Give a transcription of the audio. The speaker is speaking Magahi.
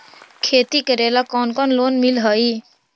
खेती करेला कौन कौन लोन मिल हइ?